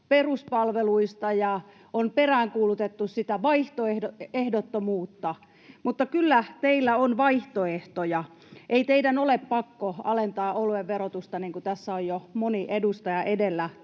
peruspalveluista, ja on peräänkuulutettu sitä vaihtoehdottomuutta, mutta kyllä teillä on vaihtoehtoja. Ei teidän ole pakko alentaa oluen verotusta, niin kuin tässä on jo moni edustaja edellä